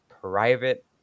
Private